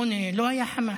1988, לא היה חמאס.